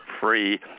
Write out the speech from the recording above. free